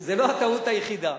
זה לא הטעות היחידה.